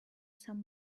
some